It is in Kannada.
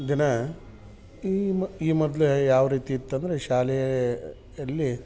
ದಿನ ಈ ಮೊ ಈ ಮೊದಲೇ ಯಾವ ರೀತಿ ಇತ್ತಂದರೆ ಶಾಲೆ ಅಲ್ಲಿ